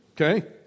Okay